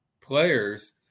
players